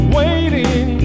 waiting